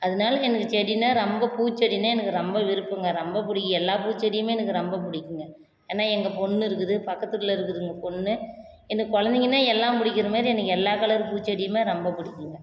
அதனால எனக்கு செடின்னா ரொம்ப பூச்செடின்னா எனக்கு ரொம்ப விருப்பம்ங்க ரொம்ப பிடிக்கும் எல்லா பூச்செடியுமே எனக்கு ரொம்ப பிடிக்குங்க ஏன்னா எங்கள் பொண்ணு இருக்குது பக்கத்து வீட்டில் இருக்குதுங்க பொண்ணு எனக்கு குலந்தைகன்னா எல்லாம் பிடிக்கிறமாரி எனக்கு எல்லா கலர் பூச்செடியுமே ரொம்ப பிடிக்குங்க